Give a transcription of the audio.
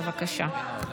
בבקשה.